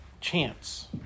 chance